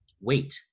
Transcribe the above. Wait